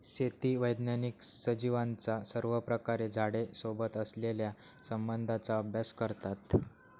शेती वैज्ञानिक सजीवांचा सर्वप्रकारे झाडे सोबत असलेल्या संबंधाचा अभ्यास करतात